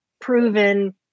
proven